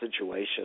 situation